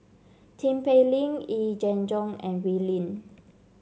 Tin Pei Ling Yee Jenn Jong and Wee Lin